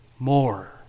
More